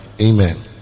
amen